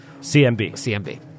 CMB